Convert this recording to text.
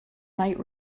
might